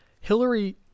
Hillary